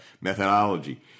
methodology